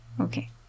okay